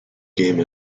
game